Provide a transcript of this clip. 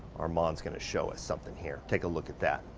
armand's gonna show us something here. take a look at that.